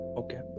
okay